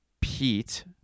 Pete